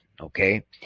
okay